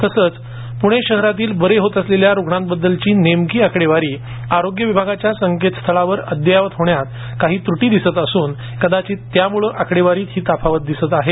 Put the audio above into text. तसंच पुणे शहरातील बरे होत असलेल्या रुग्णांबद्दलची नेमकी आकडेवारी आरोग्य विभागाच्या संकेतस्थळावर अद्ययावत होण्यात काही त्रुटी दिसत असून कदाचित त्यामुळं आकडेवारीत ही तफावत दिसत आहे